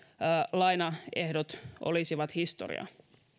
lainaehdot olisivat historiaa